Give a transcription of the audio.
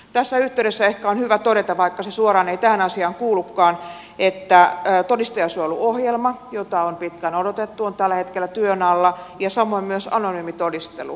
tässä yhteydessä ehkä on hyvä todeta vaikka se suoraan ei tähän asiaan kuulukaan että todistajansuojeluohjelma jota on pitkään odotettu on tällä hetkellä työn alla ja samoin myös anonyymi todistelu